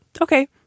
Okay